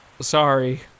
sorry